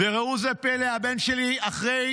וראו זה פלא, אחרי